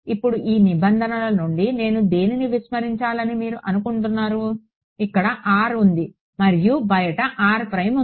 ఇప్పుడు ఈ నిబంధనల నుండి నేను దేనిని విస్మరించాలని మీరు అనుకుంటున్నారు ఇక్కడ r ఉంది మరియు బయట ఉంది